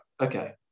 okay